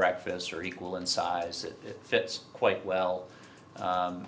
breakfasts are equal in size fits quite well and